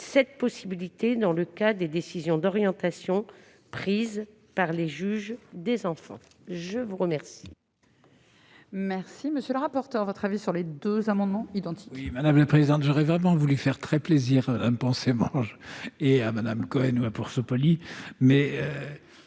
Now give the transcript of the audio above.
cette possibilité dans le cas des décisions d'orientation prises par les juges des enfants. Quel